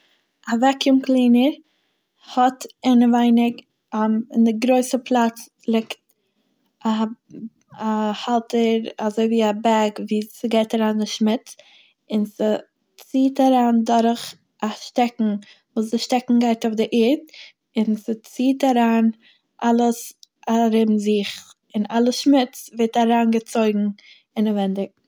א וועקיום קלינער האט אינעווייניג אין די גרויסע פלאץ לעק- א- א האלטער אזוי ווי א בעג ווי ס'גייט אריין די שמוץ און ס'ציט אריין דורך א שטעקן וואס די שטעקן גייט אויף די ערד און ס'ציט אריין אלעס ארום זיך און אלע שמוץ ווערט אריינגעצויגן אינעווענדיג.